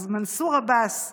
אז מנסור עבאס הוא,